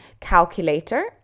calculator